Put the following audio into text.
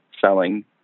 selling